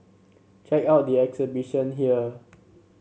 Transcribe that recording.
check out the exhibition here